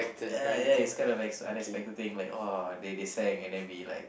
ya ya it's kind of like an unexpected thing like !whoa! they they sang and then we like